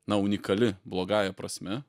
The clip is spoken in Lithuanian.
na unikali blogąja prasme